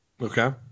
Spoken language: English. Okay